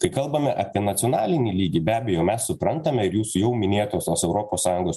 kai kalbame apie nacionalinį lygį be abejo mes suprantame ir jūs jau minėtosios europos sąjungos